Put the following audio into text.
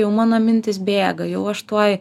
jau mano mintys bėga jau aš tuoj